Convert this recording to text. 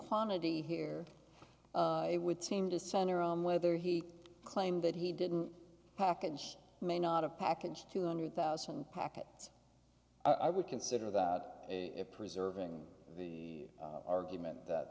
quantity here it would seem to center on whether he claimed that he didn't package may not a package two hundred thousand packets i would consider that a preserving the argument that